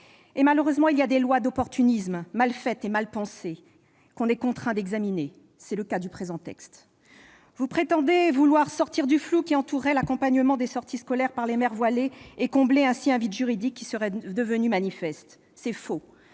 » Malheureusement, il y a aussi des lois opportunistes, mal faites et mal pensées, que l'on est contraint d'examiner : c'est le cas du présent texte. Vous prétendez vouloir sortir du flou qui entourerait l'accompagnement des sorties scolaires par les mères voilées et combler ainsi un vide juridique qui serait devenu manifeste. C'est faux